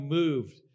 moved